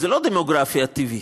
זו לא דמוגרפיה טבעית.